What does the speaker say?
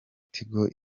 tigo